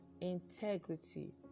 integrity